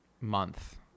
month